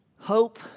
Hope